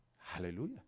Hallelujah